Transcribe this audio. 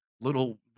little